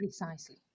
Precisely